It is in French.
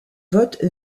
vote